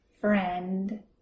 friend